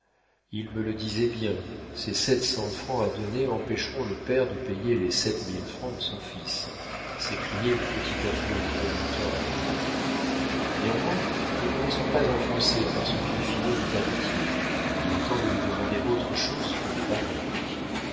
il me le disait bien ces sept cents francs à donner empêcheront le père de payer les sept mille francs de son fils s'écriait le petit avoué en remontant à angoulême néanmoins ne nous laissons pas enfoncer par ce vieux finaud de papetier il est temps de lui demander autre chose que des paroles